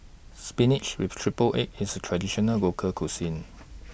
Spinach with Triple Egg IS A Traditional Local Cuisine